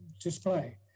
display